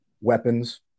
weapons